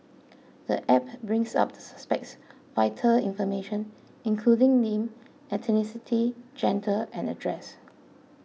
the app brings up the suspect's vital information including name ethnicity gender and address